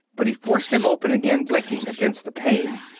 but he forced them open again, blinking against the pain.